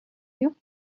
you